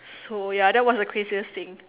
so ya that was the craziest thing